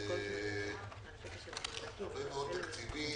יש הרבה מאוד תקציבים,